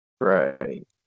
right